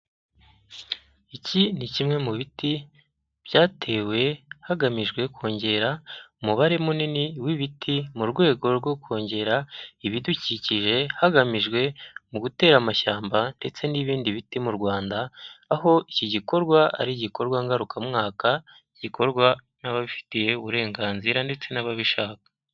Iki ni kimwe mu biti byatewe hagamijwe kongera umubare munini w'ibiti mu rwego rwo kongera ibidukikije hagamijwe gutera amashyamba ndetse n'ibindi biti mu Rwanda, aho iki gikorwa ari igikorwa ngarukamwaka gikorwa n'ababifitiye uburenganzira ndetse n'ababishaka.